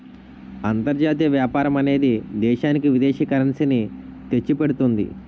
అంతర్జాతీయ వ్యాపారం అనేది దేశానికి విదేశీ కరెన్సీ ని తెచ్చిపెడుతుంది